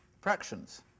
fractions